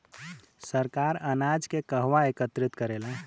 सरकार अनाज के कहवा एकत्रित करेला?